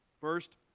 first,